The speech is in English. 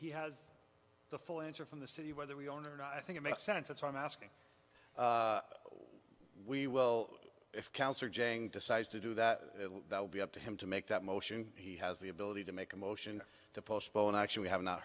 he has the full answer from the city whether we own or not i think it makes sense that's why i'm asking we will counter jang decides to do that that will be up to him to make that motion he has the ability to make a motion to postpone action we have not